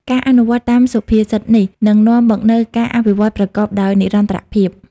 ការអនុវត្តតាមសុភាសិតនេះ នឹងនាំមកនូវការអភិវឌ្ឍប្រកបដោយនិរន្តរភាព។